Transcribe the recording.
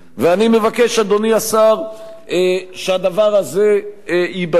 ואני מבקש, אדוני השר, שהדבר הזה ייבדק.